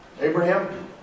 Abraham